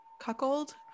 cuckold